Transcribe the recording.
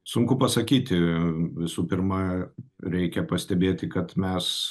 sunku pasakyti visų pirma reikia pastebėti kad mes